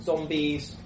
zombies